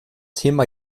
thema